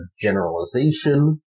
generalization